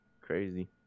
crazy